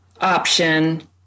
option